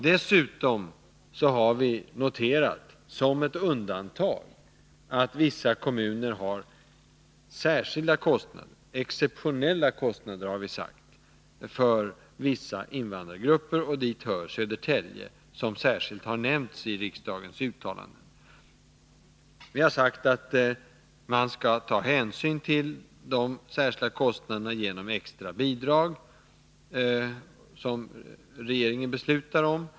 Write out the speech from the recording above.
Dessutom har vi noterat, som ett undantag, att vissa kommuner har särskilda kostnader — exceptionella kostnader, har vi sagt — för vissa invandrargrupper. Dit hör Södertälje, som särskilt har nämnts i riksdagens uttalanden. Vi har sagt att vi skall ta hänsyn till de särskilda kostnaderna genom att ge extra bidrag, som regeringen beslutar om.